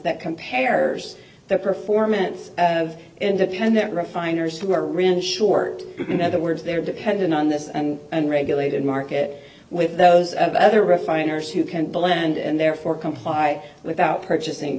that compares the performance of independent refiners who are really short in other words they're dependent on this and unregulated market with those of other refiners who can blend and therefore comply without purchasing